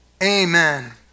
Amen